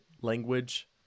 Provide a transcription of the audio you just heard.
language